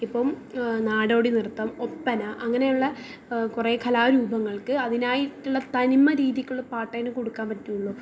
ഇപ്പം നാടോടി നൃത്തം ഒപ്പന അങ്ങനെയുള്ള കുറേ കലാരൂപങ്ങൾക്ക് അതിനായിട്ടുള്ള തനിമ രീതിക്കുള്ള പാട്ട് അതിന് കൊടുക്കമ്പറ്റുവുള്ളു